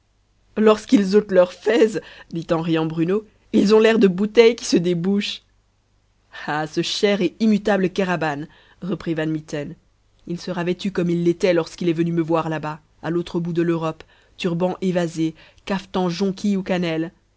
lorsqu'ils ôtent leur fez dit en riant bruno ils ont l'air de bouteilles qui se débouchent ah ce cher et immutable kéraban reprit van mitten il sera vêtu comme il l'était lorsqu'il est venu me voir là-bas à l'autre bout de l'europe turban évasé cafetan jonquille ou cannelle